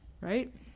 Right